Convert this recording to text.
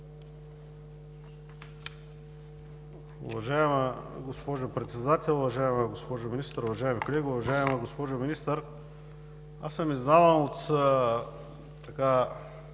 Уважаема госпожо Председател, уважаема госпожо Министър, уважаеми колеги! Уважаема госпожо Министър, аз съм изненадан от тази